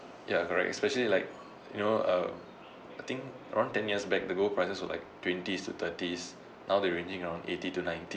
ya correct especially like you know uh I think around ten years back the gold prices were like twenties to thirties now the ranging around eighty to ninety